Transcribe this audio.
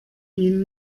ihn